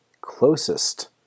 closest